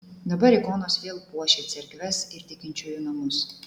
dabar ikonos vėl puošia cerkves ir tikinčiųjų namus